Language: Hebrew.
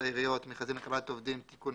העיריות (מכרזים לקבלת עובדים) (תיקון),